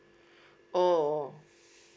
oh